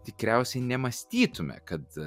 tikriausiai nemąstytume kad